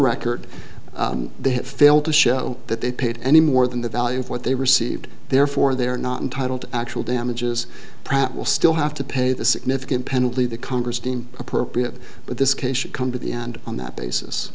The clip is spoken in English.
record they have failed to show that they paid any more than the value of what they received therefore they are not entitled to actual damages pratt will still have to pay the significant penalty the congress deem appropriate but this case should come to the end on that basis